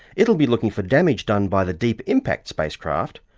it'll be looking for damage done by the deep impact spacecraft,